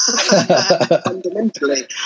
Fundamentally